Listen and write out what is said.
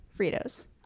Fritos